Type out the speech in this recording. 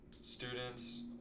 students